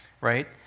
right